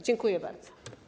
Dziękuję bardzo.